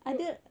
kot